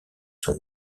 sont